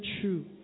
true